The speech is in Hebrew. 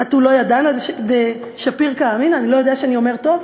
"אטו לא ידענא דשפיר קאמינא?" אני לא יודע שאני אומר טוב?